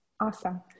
awesome